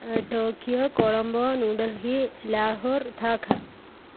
Tokyo Colombo New Delhi Lahore Dhaka